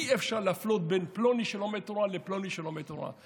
אי-אפשר להפלות בין פלוני שלומד תורה לפלוני שלומד תורה.